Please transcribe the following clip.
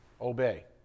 obey